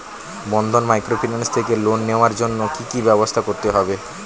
বন্ধন microfinance থেকে loan নেওয়ার জন্য কি কি ব্যবস্থা করতে হবে?